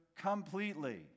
completely